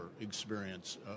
experience